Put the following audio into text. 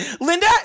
Linda